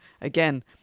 again